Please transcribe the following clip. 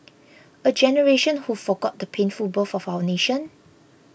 a generation who forgot the painful birth of our nation